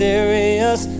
Serious